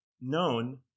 known